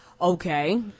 Okay